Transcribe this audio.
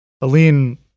Aline